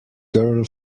girl